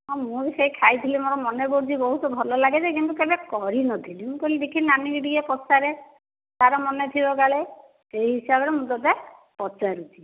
ହଁ ମୁଁ ବି ସେ ଖାଇଥିଲି ମୋର ମନେ ପଡ଼ୁଛି ବହୁତ ଭଲ ଲାଗେ ଯେ କିନ୍ତୁ କେବେ କରିନଥିଲି ମୁଁ କହିଲି ଦେଖି ନାନୀକୁ ଟିକେ ପଚାରେ ତା'ର ମନେଥିବ କାଳେ ସେହି ହିସାବରେ ମୁଁ ତତେ ପଚାରୁଛି